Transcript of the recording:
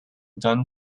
done